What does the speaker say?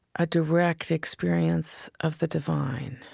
a direct experience of the divine.